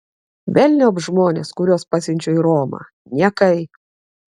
velniop žmones kuriuos pasiunčiau į romą niekai